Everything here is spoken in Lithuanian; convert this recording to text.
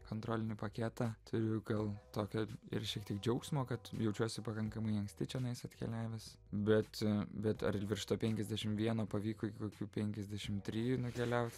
kontrolinį paketą turėjiu gal tokio ir šiek tiek džiaugsmo kad jaučiuosi pakankamai anksti čionais atkeliavęs bet bet ar virš to penkiasdešim vieno pavyko iki kokių penkiasdešim trijų nukeliaut